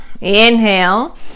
inhale